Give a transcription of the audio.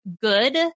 Good